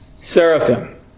seraphim